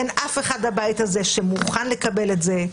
אין אף אחד בבית הזה שמוכן לקבל את זה,